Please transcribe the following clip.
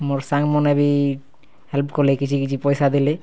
ମୋର୍ ସାଙ୍ଗ୍ମନେ ବି ହେଲ୍ପ କଲେ କିଛି କିଛି ପଇସା ଦେଲେ